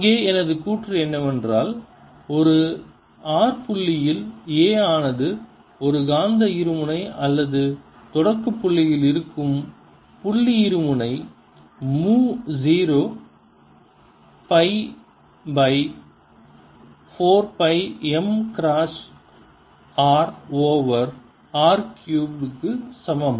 இங்கே எனது கூற்று என்னவென்றால் ஒரு r புள்ளியில் A ஆனது ஒரு காந்த இருமுனை அல்லது தொடக்கப் புள்ளியில் இருக்கும் புள்ளி இருமுனை மு zero pi 4 pi m cross r over r cube க்கு சமம்